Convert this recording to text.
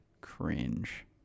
Cringe